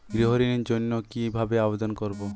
গৃহ ঋণ জন্য কি ভাবে আবেদন করব?